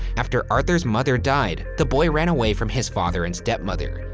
after arthur's mother died, the boy ran away from his father and stepmother.